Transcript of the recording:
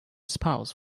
spouse